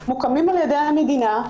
מוקמים על ידי המדינה,